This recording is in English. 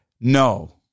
no